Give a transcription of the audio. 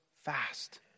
fast